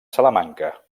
salamanca